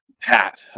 Pat